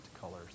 colors